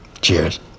Cheers